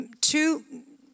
two